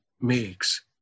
makes